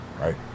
right